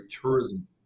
tourism